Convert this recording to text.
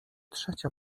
trzecia